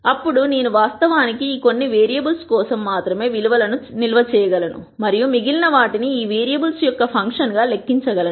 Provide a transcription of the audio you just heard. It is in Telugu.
అప్పుడు నేను వాస్తవానికి ఈ కొన్ని వేరియబుల్స్ కోసం మాత్రమే విలు వలను నిల్వ చేయగలను మరియు మిగిలిన వాటిని ఈ వేరియబుల్స్ యొక్క ఫంక్షన్ గా లెక్కించగలను